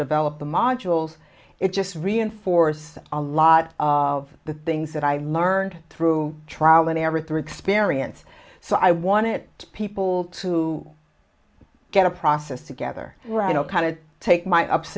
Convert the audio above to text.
develop the modules it just reinforces a lot of the things that i learned through trial and error three wks perience so i wanted people to get a process together kind of take my ups